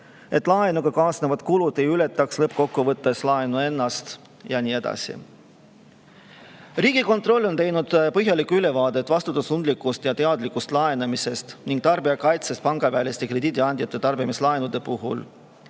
et laenuga kaasnevad kulud ei ületaks lõppkokkuvõttes laenu ennast ja nii edasi. Riigikontroll on teinud põhjaliku ülevaate vastutustundlikust ja teadlikust laenamisest ning tarbijakaitsest pangaväliste krediidiandjate tarbimislaenude puhul.